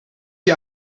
die